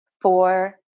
four